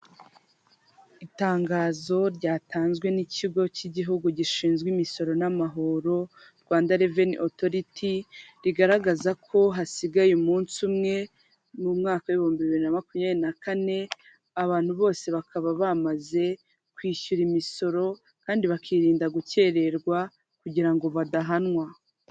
Itangazo ryatanzwe n'ikigo cy'igihugu gishinzwe imisoro n'amahoro Rwanda reveni otoriti rigaragaza ko hasigaye umunsi umwe, mu mwaka w'ibihumbi bibiri na makumyabiri na kane abantu bose bakaba bamaze kwishyura imisoro kandi bakirinda gukererwa kugira ngo badahanwa.